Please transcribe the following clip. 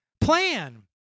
plan